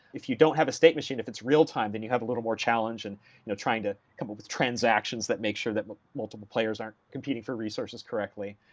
if you don't have a state machine, if it's real time, then you have a little more challenge and you know trying to come up with transactions that make sure that multiple players are competing for resources correctly.